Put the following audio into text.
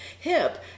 hip